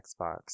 Xbox